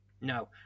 No